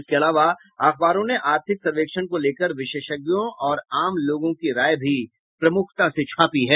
इसके अलावा अखबारों ने आर्थिक सर्वेक्षण को लेकर विशेषज्ञों और आम लोगों की राय भी प्रमुखता से छापी है